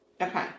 Okay